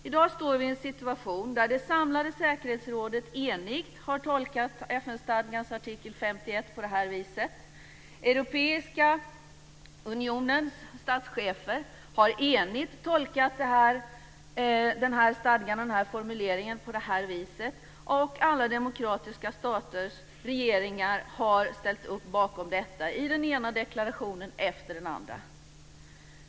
I dag står vi i en situation där det samlade säkerhetsrådet enigt har tolkat FN-stadgans artikel 51 på detta vis. Europeiska unionens statschefer har enigt tolkat denna stadga och denna formulering på detta vis, och alla demokratiska staters regeringar har ställt upp bakom detta i den ena deklarationen efter den andra.